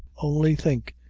only think,